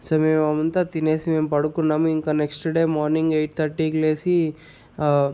so మేమంతా తినేసి మేము పడుకున్నాము ఇంక నెక్స్ట్ డే మార్నింగ్ ఎయిట్ థర్టీకి లేచి